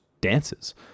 dances